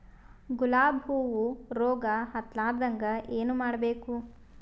ಗುಲಾಬ್ ಹೂವು ರೋಗ ಹತ್ತಲಾರದಂಗ ಏನು ಮಾಡಬೇಕು?